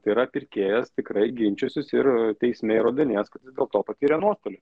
tai yra pirkėjas tikrai ginčysis ir teisme įrodinės kad dėl to patyrė nuostolių